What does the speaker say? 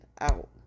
out